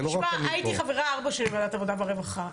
הייתי חברה ארבע שנים בוועדת העבודה והרווחה.